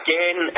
Again